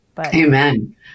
Amen